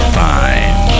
fine